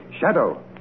Shadow